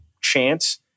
chance